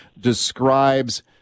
describes